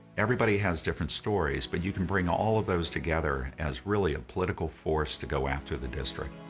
everybody has different stories but you can bring all of those together as really a political force to go after the district.